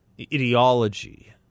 ideology